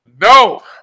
No